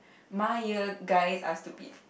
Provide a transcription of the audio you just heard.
my year guys are stupid